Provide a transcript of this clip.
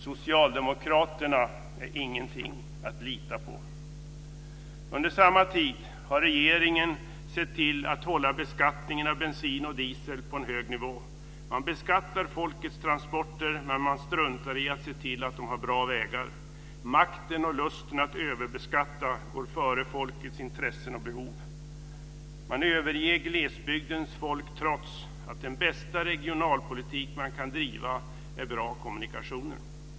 Socialdemokraterna är ingenting att lita på. Under samma tid har regeringen sett till att hålla beskattningen av bensin och diesel på en hög nivå. Man beskattar folkets transporter men man struntar i att se till att de har bra vägar. Makten och lusten att överbeskatta går före folkets intressen och behov. Man överger glesbygdens folk trots att den bästa regionalpolitik man kan driva är bra kommunikationer.